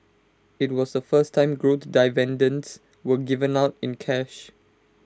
IT was the first time growth dividends were given out in cash